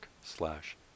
slash